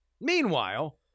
Meanwhile